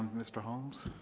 mr. holmes?